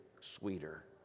sweeter